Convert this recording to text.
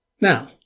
Now